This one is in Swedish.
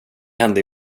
hände